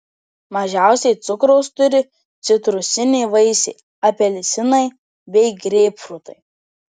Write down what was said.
mažiausiai cukraus turi citrusiniai vaisiai apelsinai bei greipfrutai